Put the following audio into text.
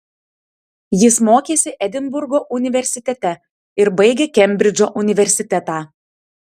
jis mokėsi edinburgo universitete ir baigė kembridžo universitetą